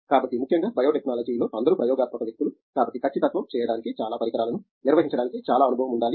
కాబట్టి ముఖ్యంగా బయోటెక్నాలజీలో అందరూ ప్రయోగాత్మక వ్యక్తులు కాబట్టి ఖచ్చితత్వం చేయడానికి చాలా పరికరాలను నిర్వహించడానికి చాలా అనుభవం ఉండాలి